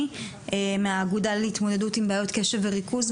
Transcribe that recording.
מהאגודה להתמודדות עם בעיות קשב וריכוז,